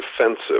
defensive